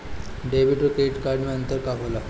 Debit और credit card मे अंतर का होला?